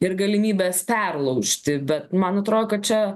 ir galimybes perlaužti bet man atrodo kad čia